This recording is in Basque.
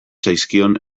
zaizkion